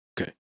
Okay